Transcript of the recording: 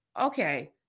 okay